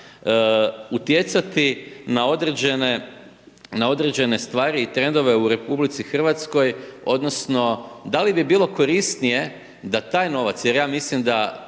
utjecati na određene stvari i trendove u RH odnosno da li bi bilo korisnije da taj novac, jer ja mislim da